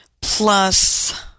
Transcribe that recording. plus